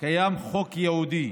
קיים חוק ייעודי,